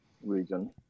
region